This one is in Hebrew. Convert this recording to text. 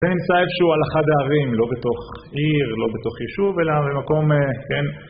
זה נמצא איזשהו על אחד הערים, לא בתוך עיר, לא בתוך יישוב, אלא במקום, כן...